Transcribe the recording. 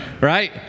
right